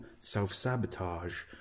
self-sabotage